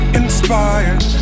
inspired